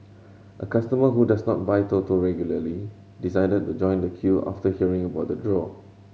a customer who does not buy Toto regularly decided to join the queue after hearing about the draw